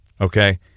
Okay